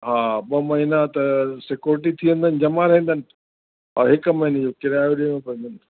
हा ॿ महीना त सिक्योरिटी थी वेंदनि जमा रहंदनि ऐं हिक महीने जो किरायो ॾियणो पवंदनि